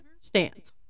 stands